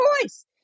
voice